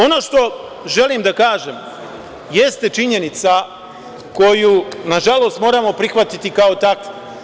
Ono što želim da kažem jeste činjenica koju na žalost moramo prihvatiti kao takvu.